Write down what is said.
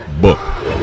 book